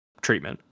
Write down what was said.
treatment